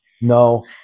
No